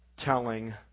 Telling